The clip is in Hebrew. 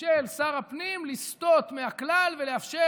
של שר הפנים לסטות מהכלל ולאפשר,